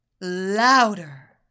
louder